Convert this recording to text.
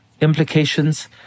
implications